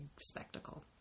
spectacle